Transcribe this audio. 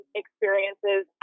experiences